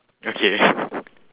okay